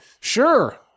sure